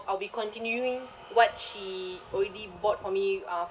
I'll be continuing what she already bought for me of